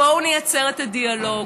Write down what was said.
בואו נייצר את הדיאלוג.